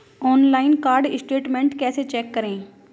Online card statement कैसे check करें?